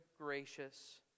gracious